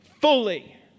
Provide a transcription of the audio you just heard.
fully